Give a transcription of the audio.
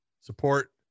support